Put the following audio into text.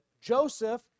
Joseph